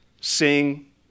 Sing